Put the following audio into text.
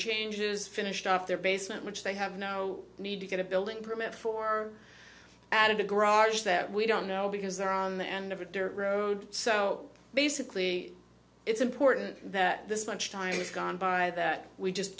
changes finished off their basement which they have no need to get a building permit for added a garage that we don't know because they're on the end of a dirt road so basically it's important that this much time has gone by that we just